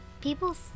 people